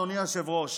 אדוני היושב-ראש,